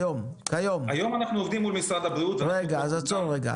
היום אנחנו עובדים מול משרד הבריאות --- עצור רגע.